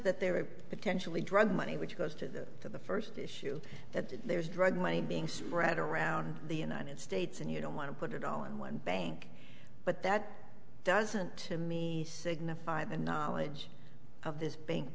that there are potentially drug money which goes to the to the first issue that there's drug money being spread around the united states and you don't want to put it all in one bank but that doesn't to me signify the knowledge of this bank